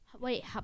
Wait